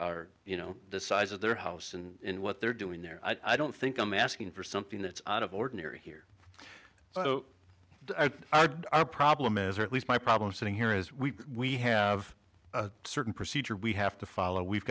are you know the size of their house and what they're doing there i don't think i'm asking for something that's out of ordinary here so problem is or at least my problem sitting here is we have a certain procedure we have to follow we've